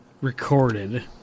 recorded